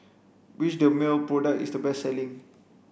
which Dermale product is the best selling